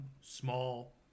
Small